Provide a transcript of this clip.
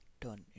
turn